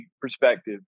perspective